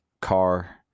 car